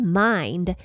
mind